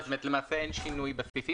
למעשה אין שינוי בסעיפים,